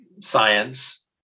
science